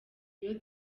iyo